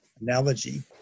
analogy